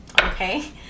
okay